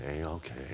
okay